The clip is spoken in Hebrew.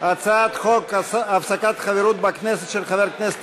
הצעת חוק הפסקת חברות בכנסת של חבר הכנסת